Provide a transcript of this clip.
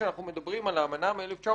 כשאנחנו מדברים על האמנה מ-1966,